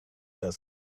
dusk